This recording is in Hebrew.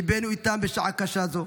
ליבנו איתם בשעה קשה זו,